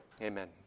Amen